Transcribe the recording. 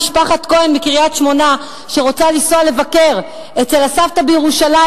משפחת כהן מקריית-שמונה שרוצה לנסוע לבקר אצל הסבתא בירושלים,